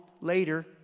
later